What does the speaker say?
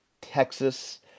Texas